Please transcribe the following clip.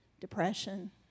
depression